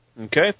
Okay